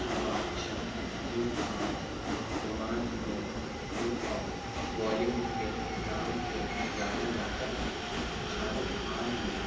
کا بادشاہ king Khan romance king king of Bollywood کے نام سے جانا جاتا ہے شاہ رخ خان نے